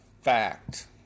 fact